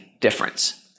difference